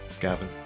Gavin